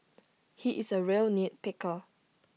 he is A real nit picker